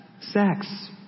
sex